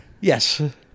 Yes